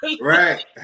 Right